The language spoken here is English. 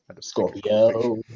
Scorpio